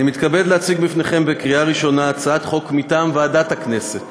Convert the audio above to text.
אני מתכבד להציג בפניכם לקריאה הראשונה הצעת חוק מטעם ועדת הכנסת